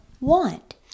want